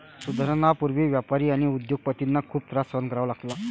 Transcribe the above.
सुधारणांपूर्वी व्यापारी आणि उद्योग पतींना खूप त्रास सहन करावा लागला